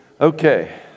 Okay